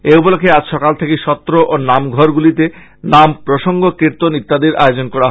এ উপলক্ষে আজ সকাল থেকেই সত্র ও নামঘরগুলিতে নাম প্রসঙ্গ কীর্তন ইত্যাদির আয়োজন করা হয়